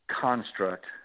construct